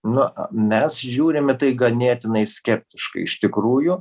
na mes žiūrim į tai ganėtinai skeptiškai iš tikrųjų